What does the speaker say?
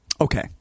Okay